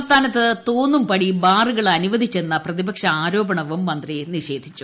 സംസ്ഥാനത്ത് തോന്നും പടി ബാറുകൾ അനുവദിച്ചെന്ന പ്രതിപക്ഷ ആരോപണവും മന്ത്രി നിഷേധിച്ചു